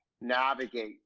navigate